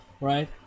right